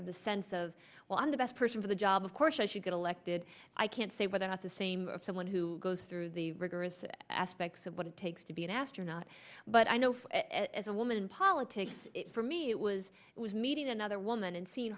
a sense of well i'm the best person for the job of course i should get elected i can't say whether or not the same of someone who goes through the rigorous aspects of what it takes to be an astronaut but i know as a woman in politics for me it was meeting another woman and see